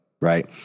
Right